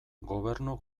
gobernu